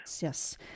Yes